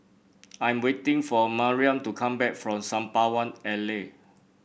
I am waiting for Mariam to come back from Sembawang Alley